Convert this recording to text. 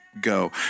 go